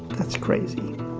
that's crazy,